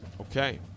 Okay